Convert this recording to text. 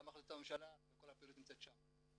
גם החלטות הממשלה וכל הפעילות נמצאת שם.